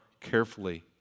carefully